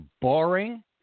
boring